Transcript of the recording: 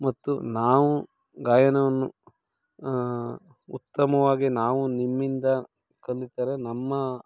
ಮತ್ತು ನಾವು ಗಾಯನವನ್ನು ಉತ್ತಮವಾಗಿ ನಾವು ನಿಮ್ಮಿಂದ ಕಲಿತರೆ ನಮ್ಮ